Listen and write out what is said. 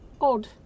odd